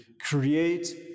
Create